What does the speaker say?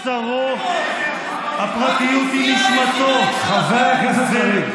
מוטטתם את הצורך הכל-כך בסיסי של כל אדם לפרטיות.